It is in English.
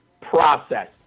process